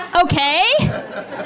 okay